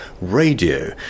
radio